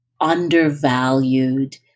undervalued